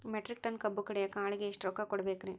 Metric ton ಕಬ್ಬು ಕಡಿಯಾಕ ಆಳಿಗೆ ಎಷ್ಟ ರೊಕ್ಕ ಕೊಡಬೇಕ್ರೇ?